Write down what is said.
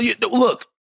look